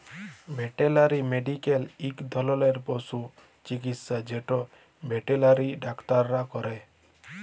veterinary medical ইক ধরলের পশু চিকিচ্ছা যেট ভেটেলারি ডাক্তাররা ক্যরে